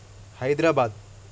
Hyderabad